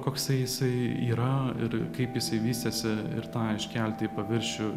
koksai jisai yra ir kaip jisai vystėsi ir tą iškelti į paviršių